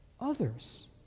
others